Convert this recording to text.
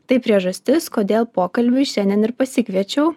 tai priežastis kodėl pokalbiui šiandien ir pasikviečiau